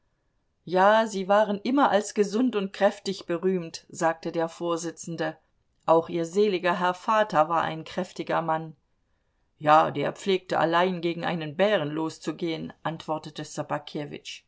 ja sie waren immer als gesund und kräftig berühmt sagte der vorsitzende auch ihr seliger herr vater war ein kräftiger mann ja der pflegte allein gegen einen bären loszugehen antwortete